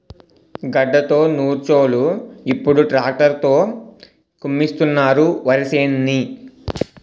గడ్డతో నూర్చోలు ఇప్పుడు ట్రాక్టర్ తో కుమ్మిస్తున్నారు వరిసేనుని